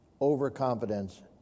overconfidence